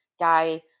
guy